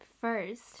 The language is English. first